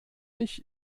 ich